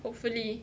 hopefully